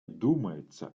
думается